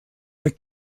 der